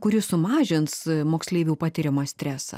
kuris sumažins moksleivių patiriamą stresą